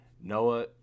Noah